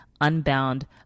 unbound